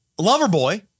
Loverboy